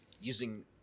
using